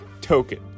token